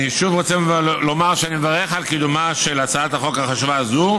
אני שוב רוצה לומר שאני מברך על קידומה של הצעת החוק החשובה הזו,